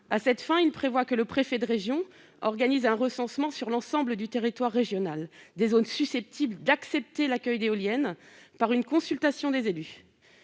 l'organisation par le préfet de région d'un recensement sur l'ensemble du territoire régional des zones susceptibles d'accepter l'accueil d'éoliennes, par une consultation des élus.